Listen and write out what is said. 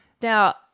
Now